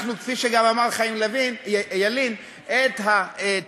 אנחנו, כפי שגם אמר חיים ילין, את התודות